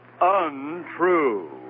Untrue